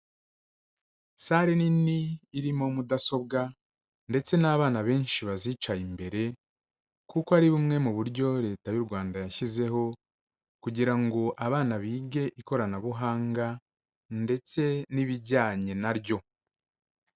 Sare nini irimo mudasobwa ndetse n'abana benshi bazicaye imbere kuko ari bumwe mu buryo Leta y'u Rwanda yashyizeho kugira ngo abana bige ikoranabuhanga ndetse n'ibijyanye naryo.